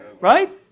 right